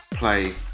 play